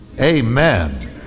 Amen